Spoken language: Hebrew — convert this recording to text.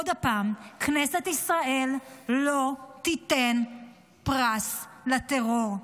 עוד הפעם, כנסת ישראל לא תיתן פרס לטרור.